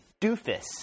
doofus